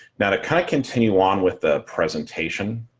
now to kind of continue on with the presentation.